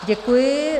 Děkuji.